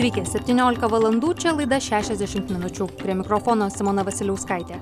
sveiki septyniolika valandų čia laida šešiasdešim minučių prie mikrofono simona vasiliauskaitė